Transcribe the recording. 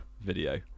video